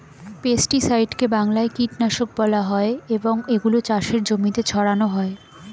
পেস্টিসাইডকে বাংলায় কীটনাশক বলা হয় এবং এগুলো চাষের জমিতে ছড়ানো হয়